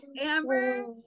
Amber